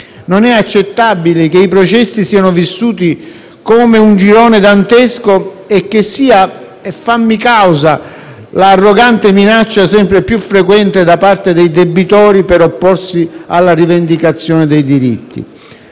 Non è accettabile che i processi siano vissuti come un girone dantesco e che sia «e fammi causa!» l'arrogante minaccia sempre più frequente da parte dei debitori per opporsi alla rivendicazione dei diritti.